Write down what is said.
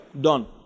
done